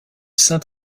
saint